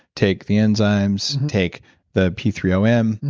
take the enzymes, take the p three o m,